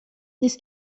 this